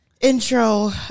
intro